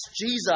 Jesus